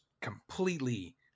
completely